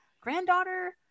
granddaughter